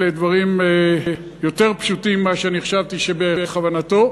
אלה דברים יותר פשוטים ממה שאני חשבתי שבכוונתו.